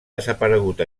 desaparegut